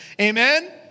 Amen